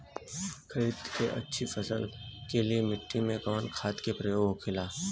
खरीद के अच्छी फसल के लिए मिट्टी में कवन खाद के प्रयोग होखेला?